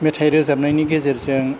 मेथाइ रोजाबनायनि गेजेरजों